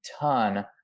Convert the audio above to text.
ton